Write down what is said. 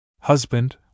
Husband